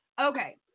Okay